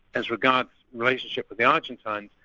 as regards relationship with the argentines,